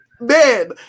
man